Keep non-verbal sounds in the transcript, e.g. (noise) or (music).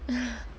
(breath)